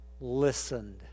listened